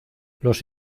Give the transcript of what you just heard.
los